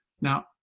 Now